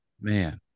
Man